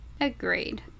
Agreed